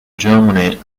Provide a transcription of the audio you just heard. germany